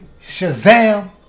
Shazam